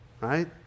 right